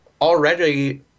already